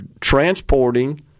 transporting